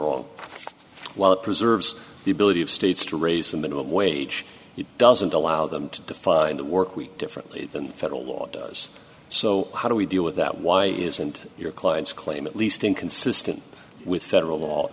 wrong well it preserves the ability of states to raise the minimum wage it doesn't allow them to define the work week differently than federal law does so how do we deal with that why isn't your client's claim at least inconsistent with federal law